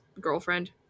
girlfriend